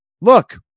look